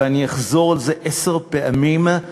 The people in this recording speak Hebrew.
ואני אחזור על זה עשר פעמים,